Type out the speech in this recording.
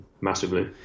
massively